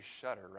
shudder